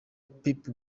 pep